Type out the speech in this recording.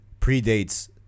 predates